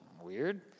Weird